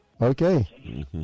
Okay